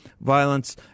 violence